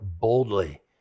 boldly